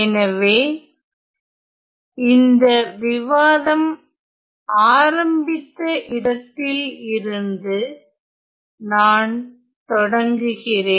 எனவே இந்த விவாதம் ஆரம்பித்த இடத்தில் இருந்து நான் தொடங்குகிறேன்